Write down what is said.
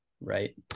right